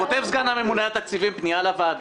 יש פה פער של למעלה מ-100 מיליון שקלים שבכלל לא צבוע.